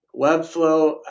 Webflow